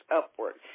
upward